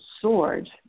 sword